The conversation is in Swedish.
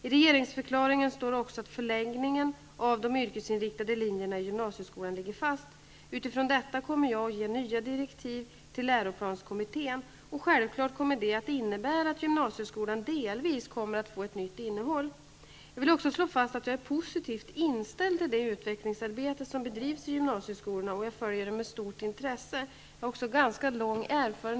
I regeringsförklaringen står också att förlängningen av de yrkesinriktade linjerna i gymnasieskolan ligger fast. Utifrån detta kommer jag att ge nya direktiv till läroplanskommittén. Självklart kommer detta att innebära att gymnasieskolan delvis kommer att få ett nytt innehåll. Jag vill också slå fast att jag är positivt inställd till det utvecklingsarbete som bedrivs i gymnasieskolorna och jag följer det med stort intresse.